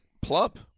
plump